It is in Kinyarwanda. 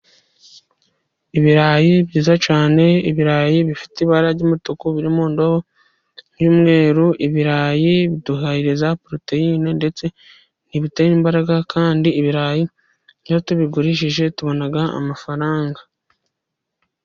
Ibirayi byiza cyane, ibirayi bifite ibara ry'umutuku biri mu ndobo y'umweru, ibirayi biduhereza poroteyine, ndetse ni ibitera imbaraga, kandi ibirayi iyo tubigurishije tubona amafaranga.